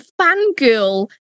fangirl